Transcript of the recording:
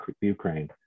Ukraine